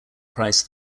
price